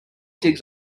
digs